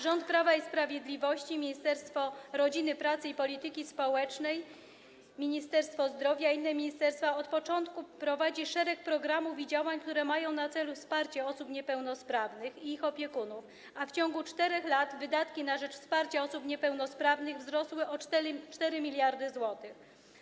Rząd Prawa i Sprawiedliwości, Ministerstwo Rodziny, Pracy i Polityki Społecznej, Ministerstwo Zdrowia i inne ministerstwa od początku prowadzą szereg programów i działań, które mają na celu wsparcie osób niepełnosprawnych i ich opiekunów, a w ciągu 4 lat wydatki na rzecz wsparcia osób niepełnosprawnych wzrosły o 4 mld zł.